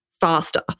faster